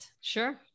Sure